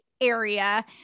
area